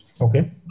Okay